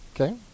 Okay